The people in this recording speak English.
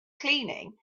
cleaning